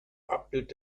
abbild